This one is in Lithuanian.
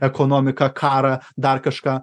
ekonomiką karą dar kažką